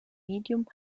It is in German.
medium